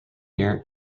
year